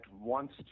wants